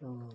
तो